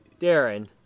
Darren